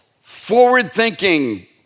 forward-thinking